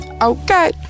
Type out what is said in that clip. Okay